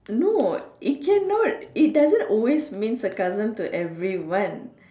no it cannot it doesn't always mean sarcasm to everyone